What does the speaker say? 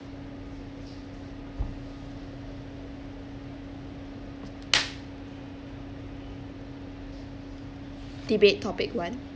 debate topic one